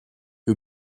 who